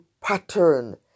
pattern